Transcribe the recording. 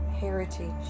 heritage